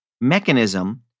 mechanism